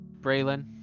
Braylon